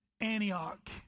Antioch